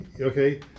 okay